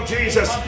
Jesus